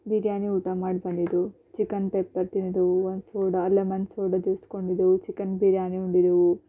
ಬಿರಿಯಾನಿ ಊಟ ಮಾಡಿ ಬಂದಿದ್ವು ಚಿಕನ್ ಪೆಪ್ಪರ್ ತಿಂದು ಒಂದು ಸೋಡಾ ಲೆಮನ್ ಸೋಡಾ ಜ್ಯೂಸ್ ಕೊಂಡಿದ್ದೆವು ಚಿಕನ್ ಬಿರಿಯಾನಿ ಉಂಡಿದ್ದೆವು